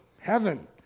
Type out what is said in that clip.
Heaven